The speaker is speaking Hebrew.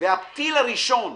והטיל הראשון,